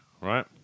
right